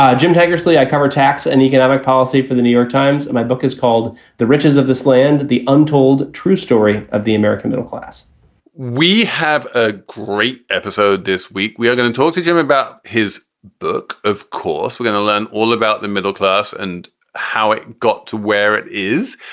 um jim tankersley i cover tax and economic policy for the new york times. my book is called the riches of this land the untold true story of the american middle class we have a great episode this week. we are going to talk to jim about his book. of course, we're going to learn all about the middle class and how it got to where it is.